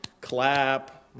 clap